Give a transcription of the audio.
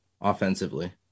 offensively